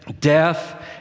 death